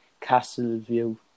Castleview